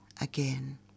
again